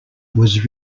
was